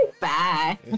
Bye